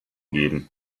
geben